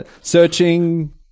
Searching